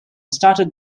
started